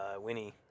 Winnie